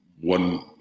one